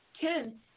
Ken